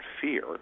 fear